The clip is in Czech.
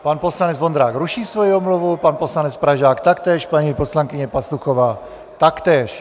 Pan poslanec Vondrák ruší svoji omluvu, pan poslanec Pražák taktéž, paní poslankyně Pastuchová taktéž.